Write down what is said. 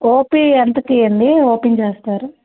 OP ఎంతకి అండి open చేస్తారు